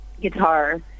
guitar